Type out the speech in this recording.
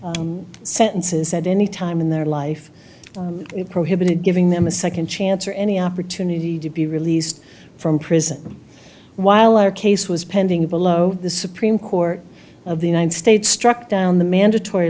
s sentences at any time in their life prohibited giving them a second chance or any opportunity to be released from prison while our case was pending below the supreme court of the united states struck down the mandatory